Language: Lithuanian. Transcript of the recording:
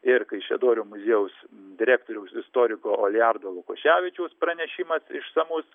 ir kaišiadorių muziejaus direktoriaus istoriko olijardo lukoševičiaus pranešimas išsamus